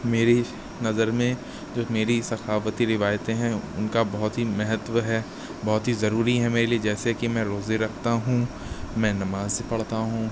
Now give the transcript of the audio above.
میری نظر میں جو میری ثقافتی روایتیں ہیں ان کا بہت ہی مہتو ہے بہت ہی ضروری ہیں میرے لیے جیسے کہ میں روزے رکھتا ہوں میں نمازیں پڑھتا ہوں